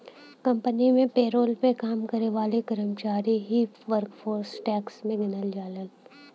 company में payroll पे काम करे वाले कर्मचारी ही वर्कफोर्स टैक्स में गिनल जालन